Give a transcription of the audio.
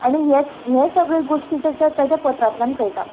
आनी हेंच हे सगळे गोश्टी जेज्या ताज्या पत्रांतल्यान कळटा